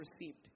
received